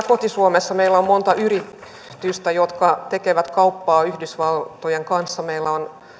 koti suomessa meillä on monta yritystä jotka tekevät kauppaa yhdysvaltojen kanssa meillä on